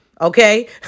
Okay